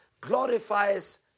glorifies